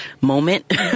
moment